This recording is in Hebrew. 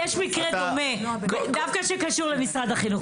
יש מקרה דומה, שקשור דווקא למשרד החינוך.